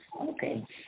Okay